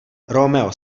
romeo